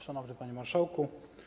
Szanowny Panie Marszałku!